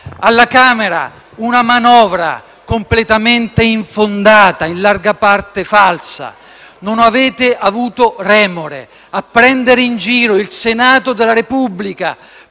alla Camera, una manovra completamente infondata e in larga parte falsa. Non avete avuto remora a prendere in giro il Senato della Repubblica